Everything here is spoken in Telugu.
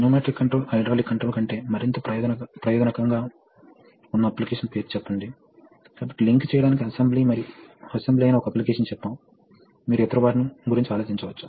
సమస్యలకు సంబంధించిప్రెషర్ మరియు ప్రవాహానికి సంబంధించి చర్చించాము